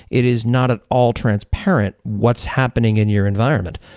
it is not at all transparent what's happening in your environment.